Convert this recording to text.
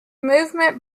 movement